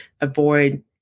avoid